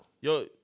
Yo